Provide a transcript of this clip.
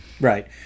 right